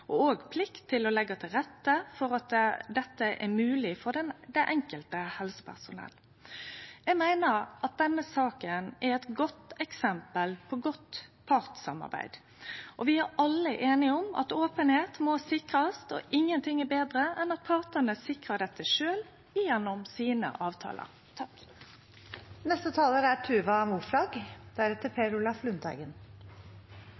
og også ei plikt til å leggje til rette for at dette er mogleg for det enkelte helsepersonell. Eg meiner denne saka er eit godt eksempel på godt partssamarbeid. Vi er alle einige om at openheit må sikrast, og ingen ting er betre enn at partane sjølve sikrar dette gjennom avtalane sine.